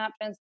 options